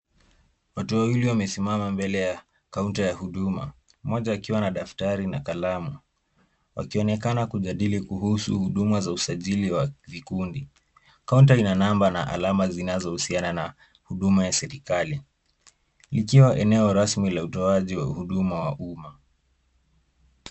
Watu wawili wamesimama kando ya kaunta ya huduma. Mmoja akiwa na daftari na kalamu wakionekana kujadili kuhusu huduma za usajili ya vikundi. Kaunta ina namba na alama zinazo husiana na huduma za serikali. Ikiwa eneo rasmi la utoaji wa huduma ya umma.